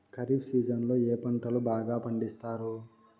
ఖరీఫ్ సీజన్లలో ఏ పంటలు బాగా పండిస్తారు